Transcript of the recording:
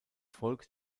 volk